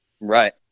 Right